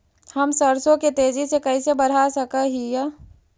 हम सरसों के तेजी से कैसे बढ़ा सक हिय?